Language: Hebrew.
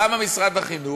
למה משרד החינוך?